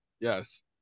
Yes